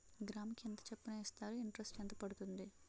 గ్రాముకి ఎంత చప్పున ఇస్తారు? ఇంటరెస్ట్ ఎంత పడుతుంది?